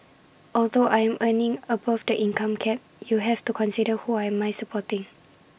although I am earning above the income cap you have to consider who I am supporting